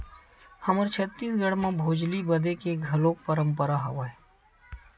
हमर छत्तीसगढ़ म भोजली बदे के घलोक परंपरा हवय